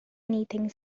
anything